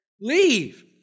Leave